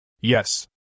Yes